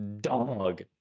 Dog